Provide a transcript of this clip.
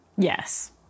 yes